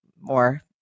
more